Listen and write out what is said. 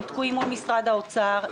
הם תקועים מול משרד האוצר.